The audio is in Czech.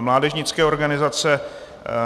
Mládežnické organizace